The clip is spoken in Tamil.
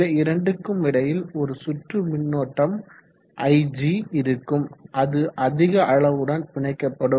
இந்த இரண்டுக்கும் இடையில் ஒரு சுற்று மின்னோட்டம் ig இருக்கும் அது அதிக அளவுடன் பிணைக்கப்படும்